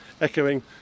echoing